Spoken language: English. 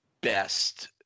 best